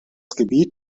gebiet